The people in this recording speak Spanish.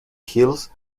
hills